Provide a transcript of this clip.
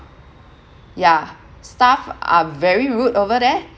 yeah staff are very rude over there